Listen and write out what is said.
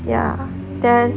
ya then